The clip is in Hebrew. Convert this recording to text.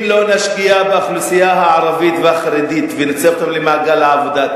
אם לא נשקיע באוכלוסייה הערבית והחרדית ונצרף אותה למעגל העבודה,